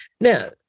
Now